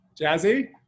Jazzy